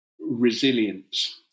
resilience